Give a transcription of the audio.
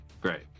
Great